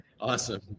Awesome